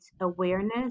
awareness